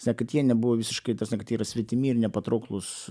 sme kad jie nebuvo visiškai ta sme kad tai yra svetimi ir nepatrauklūs